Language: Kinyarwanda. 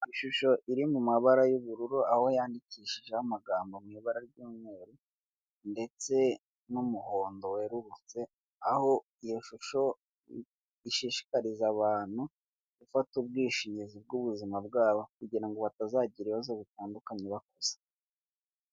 Ishusho iri mu mabara y'ubururu, aho yandikishijeho amagambo mu ibara ry'umweru ndetse n'umuhondo werurutse, aho iyo shusho ishishikariza abantu gufata ubwishingizi bw'ubuzima bwabo kugira ngo batazagira ibibazo bitandukanye bakuze.